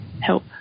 help